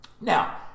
Now